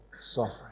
suffering